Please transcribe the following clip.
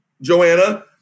Joanna